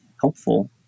helpful